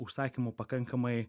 užsakymų pakankamai